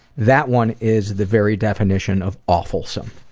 that one is the very definition of awfulsome.